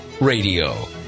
radio